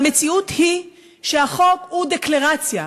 המציאות היא שהחוק הוא דקלרציה.